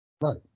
Right